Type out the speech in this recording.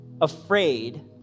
afraid